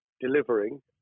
delivering